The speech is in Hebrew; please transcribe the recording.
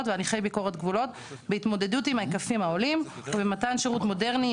והליכי ביקורת גבולות בהתמודדות עם ההיקפים העולים ובמתן שירות מודרני,